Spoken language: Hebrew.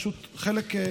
פשוט חלק לא מבוטל מהזמן,